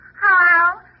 Hello